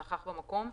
שנכח במקום,